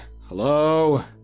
hello